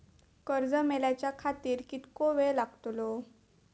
कर्ज मेलाच्या खातिर कीतको वेळ लागतलो?